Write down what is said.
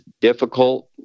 difficult